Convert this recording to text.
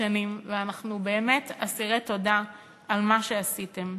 שנים ואנחנו באמת אסירי תודה על מה שעשיתם.